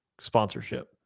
sponsorship